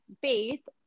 faith